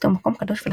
במרות,